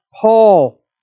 Paul